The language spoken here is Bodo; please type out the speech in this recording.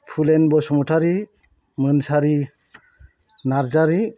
फुलेन बसुमातारि मोनसारि नार्जारि